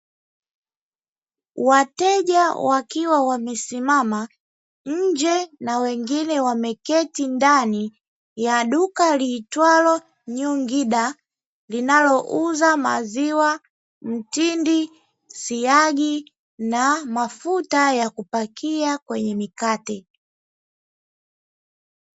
Wateja wakiwa wamesimama nje na wengine wameketi ndani ya duka liitwalo Nyungida, linalouza maziwa, mtindi, siagi, na mafuta ya kupakia kwenye mikate.